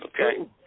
Okay